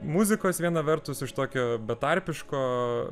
muzikos viena vertus iš tokio betarpiško